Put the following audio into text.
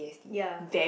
ya